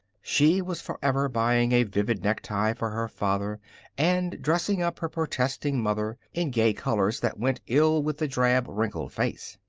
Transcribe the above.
she was forever buying a vivid necktie for her father and dressing up her protesting mother in gay colors that went ill with the drab, wrinkled face.